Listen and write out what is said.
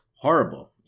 horrible